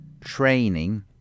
training